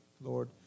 Lord